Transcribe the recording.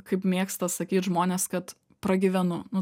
kaip mėgsta sakyt žmonės kad pragyvenu nu